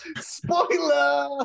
spoiler